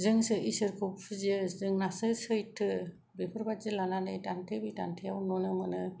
जोंसो ईसोरखौ फुजियो जोंनासो सैथो बेफोरबायदि लानानै दान्थे बिदान्थेआव नुनो मोनो